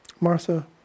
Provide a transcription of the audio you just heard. Martha